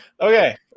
Okay